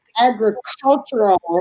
agricultural